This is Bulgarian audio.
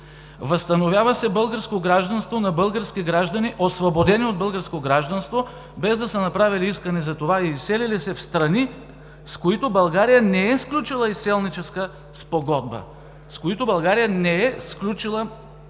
„Възстановява се българско гражданство на български граждани, освободени от българско гражданство, без да са направили искане за това и изселили се в страни, с които България не е сключила изселническа спогодба“. „С които България не е сключила изселническа спогодба“!